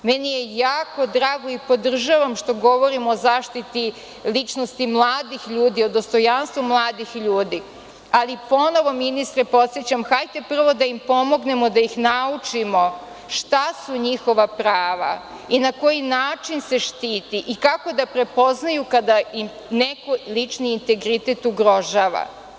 Meni je jako drago i podržavam što govorimo o zaštiti ličnosti mladih ljudi, o dostojanstvu mladih ljudi, ali ponovo, ministre, podsećam, hajde prvo da im pomognemo da ih naučimo šta su njihova prava i na koji način se štiti i kako da prepoznaju kada im neko lični integritet ugrožava.